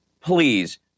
please